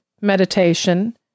meditation